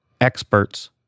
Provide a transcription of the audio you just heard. experts